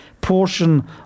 portion